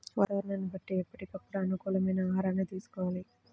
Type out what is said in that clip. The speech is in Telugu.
వాతావరణాన్ని బట్టి ఎప్పటికప్పుడు అనుకూలమైన ఆహారాన్ని తీసుకోవాలి